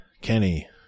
kenny